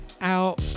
out